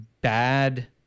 bad